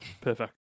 perfect